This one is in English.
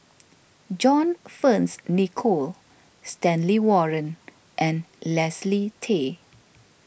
John Fearns Nicoll Stanley Warren and Leslie Tay